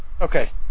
Okay